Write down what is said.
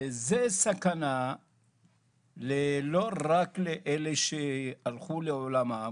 זה סכנה לא רק לאלה שהלכו לעולמם,